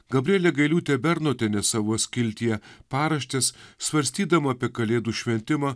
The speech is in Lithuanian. gabrielė gailiūtė bernotienė savo skiltyje paraštės svarstydama apie kalėdų šventimą